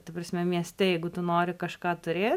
ta prasme mieste jeigu tu nori kažką turė